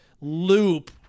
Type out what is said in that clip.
loop